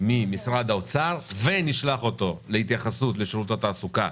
ממשרד האוצר ונשלח אותו להתייחסות לשירות התעסוקה